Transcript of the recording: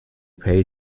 pay